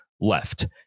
left